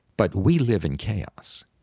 but we live in chaos.